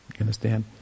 Understand